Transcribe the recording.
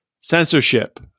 censorship